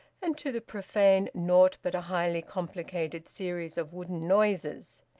and to the profane naught but a highly complicated series of wooden noises.